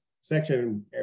section